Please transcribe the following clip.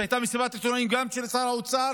הייתה מסיבת עיתונאים גם של שר האוצר